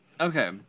Okay